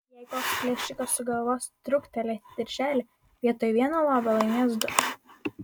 jei koks plėšikas sugalvos truktelėti dirželį vietoj vieno lobio laimės du